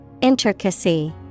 Intricacy